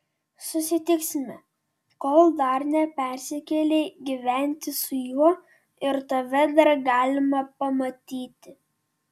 susitiksime kol dar nepersikėlei gyventi su juo ir tave dar galima pamatyti